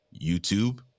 youtube